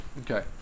Okay